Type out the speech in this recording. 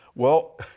well,